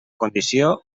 condició